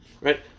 right